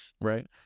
right